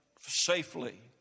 safely